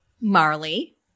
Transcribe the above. Marley